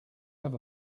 have